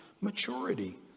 maturity